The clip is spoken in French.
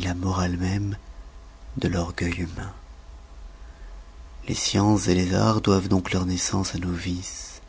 la morale même de l'orgueil humain les sciences les arts doivent donc leur naissance à nos vices